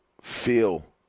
feel